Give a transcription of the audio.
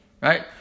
right